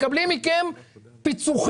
מקבלים מכם פיצוחים.